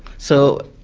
so,